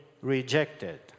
rejected